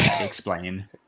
Explain